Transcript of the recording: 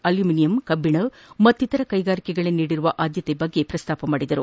aluminium ಕಬ್ಬಣ ಮತ್ತಿತರ ಕೈಗಾರಿಕೆಗಳಿಗೆ ನೀಡಿರುವ ಆದ್ದತೆ ಬಗ್ಗೆ ಪ್ರಸ್ತಾಪಿಸಿದರು